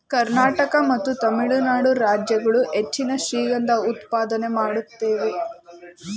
ಕರ್ನಾಟಕ ಮತ್ತು ತಮಿಳುನಾಡು ರಾಜ್ಯಗಳು ಹೆಚ್ಚಿನ ಶ್ರೀಗಂಧ ಉತ್ಪಾದನೆ ಮಾಡುತ್ತೇವೆ